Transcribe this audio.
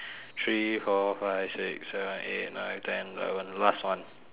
three four five six seven eight nine ten eleven last one